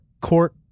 court